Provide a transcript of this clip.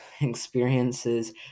Experiences